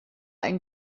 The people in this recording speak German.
einen